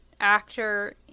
actor